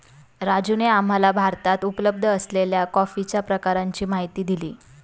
राजूने आम्हाला भारतात उपलब्ध असलेल्या कॉफीच्या प्रकारांची माहिती दिली